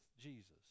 Jesus